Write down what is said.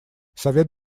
совет